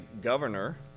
governor